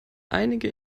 einige